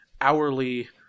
hourly